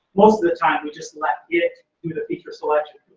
most of the time we just let it do the feature selection,